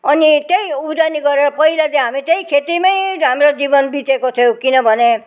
अनि त्यही उब्जनी गरेर पहिला चाहिँ हामी त्यहीँ खेतीमै हाम्रो जीवन बितेको थियो किनभने